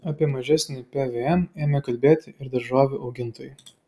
apie mažesnį pvm ėmė kalbėti ir daržovių augintojai